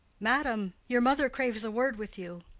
madam, your mother craves a word with you.